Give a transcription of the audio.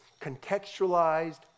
Contextualized